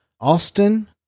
Austin